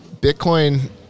Bitcoin